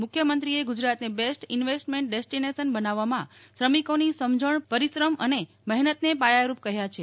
મુખ્યમંત્રીએ ગુજરાતને best investment destination બનાવવામાં શ્રમિકોની સમજણ પરિશ્રમ અને મહેનતને પાયારૂપ કહ્યા છે